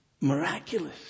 miraculous